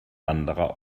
anderer